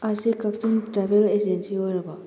ꯑꯥ ꯁꯤ Kakching travel agency ꯑꯣꯏꯔꯕꯣ